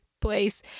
place